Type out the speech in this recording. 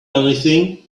anything